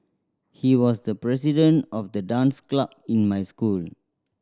he was the president of the dance club in my school